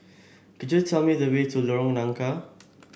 could you tell me the way to Lorong Nangka